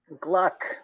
gluck